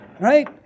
right